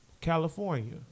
California